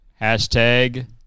Hashtag